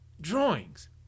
drawings